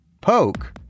Poke